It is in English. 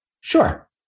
Sure